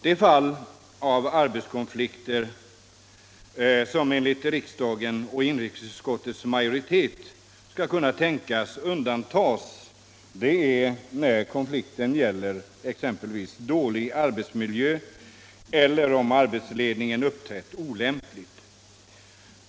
De fall av arbetskonflikt som enligt riksdagen och inrikesutskottets majoritet skall kunna tänkas undantas är när konflikten gäller exempelvis dålig arbetsmiljö eller att arbetsledningen har uppträtt olämpligt.